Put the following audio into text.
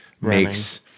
makes